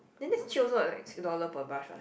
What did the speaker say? then that's cheap also what like six dollar per brush what